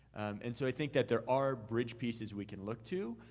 and so, i think that there are bridge pieces we can look to.